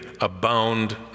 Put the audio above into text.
abound